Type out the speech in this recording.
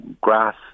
grass